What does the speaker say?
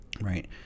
right